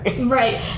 right